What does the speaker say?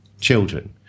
children